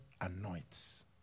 anoints